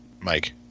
mike